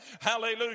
Hallelujah